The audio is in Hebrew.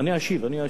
אני אשיב, אני אשיב.